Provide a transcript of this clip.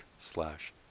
slash